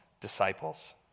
disciples